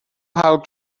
how